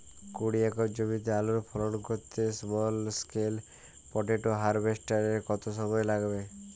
কুড়ি একর জমিতে আলুর খনন করতে স্মল স্কেল পটেটো হারভেস্টারের কত সময় লাগবে?